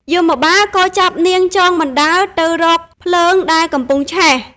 យមបាលក៏ចាប់នាងចងបណ្តើរទៅរកភ្លើងដែលកំពុងឆេះ ។